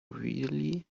readily